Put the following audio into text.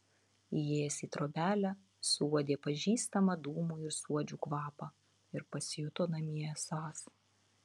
įėjęs į trobelę suuodė pažįstamą dūmų ir suodžių kvapą ir pasijuto namie esąs